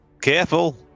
Careful